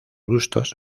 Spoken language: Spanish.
gustos